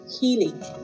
healing